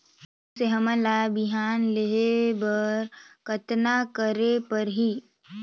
शासन से हमन ला बिहान लेहे बर कतना करे परही?